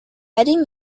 adding